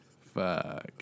Fuck